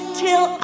till